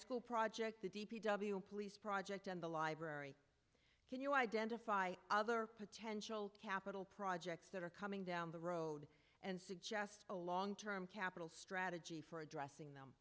school project the d p w police project and the library can you identify other potential capital projects that are coming down the road and suggest a long term capital strategy for addressing them